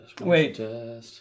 Wait